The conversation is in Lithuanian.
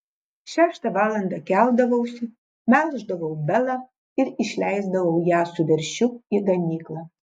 šeštą valandą keldavausi melždavau belą ir išleisdavau ją su veršiu į ganyklą